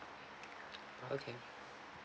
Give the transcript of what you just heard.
okay